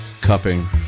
Cupping